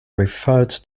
referred